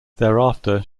thereafter